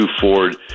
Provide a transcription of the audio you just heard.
Ford